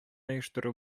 оештыру